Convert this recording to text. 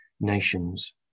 nations